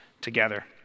together